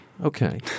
Okay